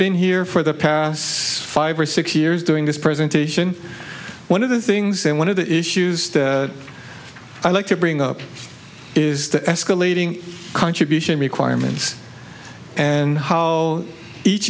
been here for the past five or six years during this presentation one of the things and one of the issues i'd like to bring up is the escalating contribution requirements and how each